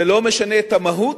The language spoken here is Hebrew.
זה לא משנה את המהות.